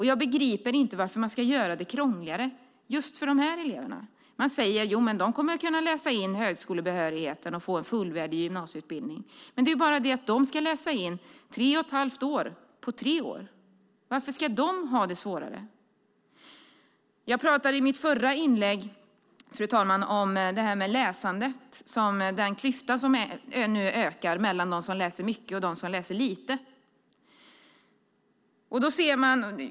Jag begriper inte varför man ska göra det krångligare just för de här eleverna. Man säger: De kommer att kunna läsa in högskolebehörighet och få en fullvärdig gymnasiebehörighet. Problemet är bara att de ska läsa in tre och ett halvt års utbildning på tre år. Varför ska de ha det svårare? I mitt förra inlägg talade jag om läsandet och den klyfta som nu ökar mellan dem som läser mycket och dem som läser lite.